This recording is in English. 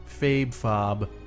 Fabe-fob